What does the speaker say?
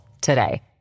today